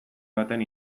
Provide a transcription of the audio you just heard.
baten